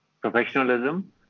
professionalism